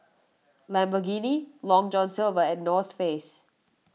Lamborghini Long John Silver and North Face